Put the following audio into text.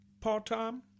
part-time